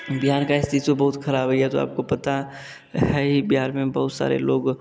बिहार का तो बहुत ख़राब है यह तो आपको पता है ही बिहार में बहुत सारे लोग